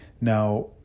Now